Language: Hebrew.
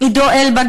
עידו אלבה,